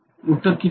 उत्तर किती आहे